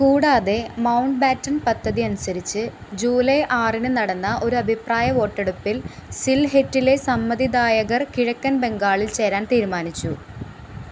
കൂടാതെ Mountbatten പദ്ധതി അനുസരിച്ച് ജൂലൈ ആറിന് നടന്ന ഒരു അഭിപ്രായ വോട്ടെടുപ്പില് സിൽഹെറ്റിലെ സമ്മതിദായകര് കിഴക്കന് ബംഗാളിൽ ചേരാൻ തീരുമാനിച്ചു